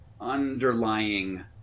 underlying